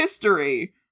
history